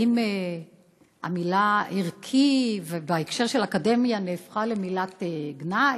האם המילה "ערכי" בהקשר של האקדמיה נהפכה למילת גנאי?